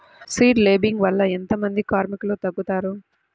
Seed lambing వల్ల ఎంత మంది కార్మికులు తగ్గుతారు?